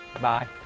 Bye